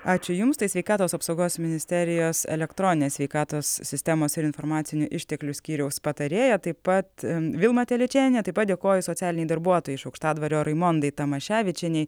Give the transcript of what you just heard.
ačiū jums tai sveikatos apsaugos ministerijos elektroninės sveikatos sistemos ir informacinių išteklių skyriaus patarėja taip pat vilma telyčėnienė taip pat dėkoju socialinei darbuotojai iš aukštadvario raimondai tamoševičienei